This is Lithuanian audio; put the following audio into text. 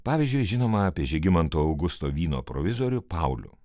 pavyzdžiui žinoma apie žygimanto augusto vyno provizorių paulių